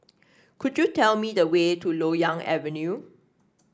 could you tell me the way to Loyang Avenue